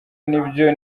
nibyo